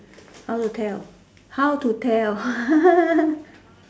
how to tell how to tell